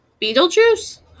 Betelgeuse